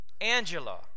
Angela